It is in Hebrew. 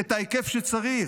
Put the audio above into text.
את ההיקף שצריך?